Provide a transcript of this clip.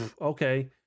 Okay